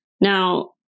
Now